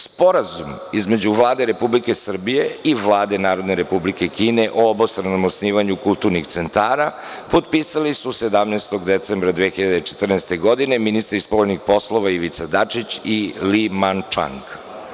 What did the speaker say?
Sporazum između Vlade Republike Srbije i Vlade Narodne Republike Kine o obostranom osnivanju kulturnih centara potpisali su 17. decembra 2014. godine ministri spoljnih poslova Ivica Dačić i Li Mančang.